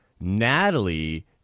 Natalie